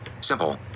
Simple